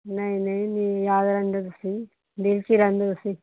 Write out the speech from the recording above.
ਨਹੀਂ ਨਹੀਂ ਜੀ ਯਾਦ ਰਹਿੰਦੇ ਤੁਸੀਂ ਦਿਲ 'ਚ ਰਹਿੰਦੇ ਤੁਸੀਂ